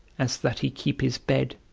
as that he keep his bed,